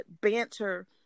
banter